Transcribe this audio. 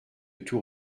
tout